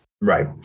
Right